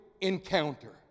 encounter